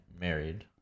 married